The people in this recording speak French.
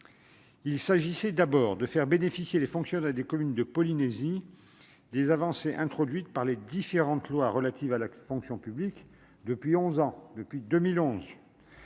Il s'agissait d'abord de faire bénéficier les fonctionnaires des communes de Polynésie française des avancées introduites par les différentes lois relatives à la fonction publique depuis 2011.